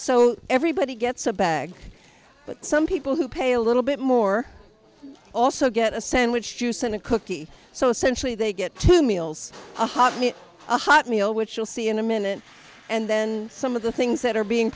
so everybody gets a bag but some people who pay a little bit more also get a sandwich juice and a cookie so essentially they get two meals a hot meal a hot meal which you'll see in a minute and then some of the things that are being